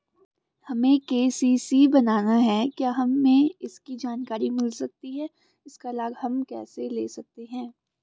हमें के.सी.सी बनाना है क्या हमें इसकी जानकारी मिल सकती है इसका लाभ हम कैसे ले सकते हैं?